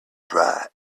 brought